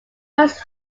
first